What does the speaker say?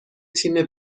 تیم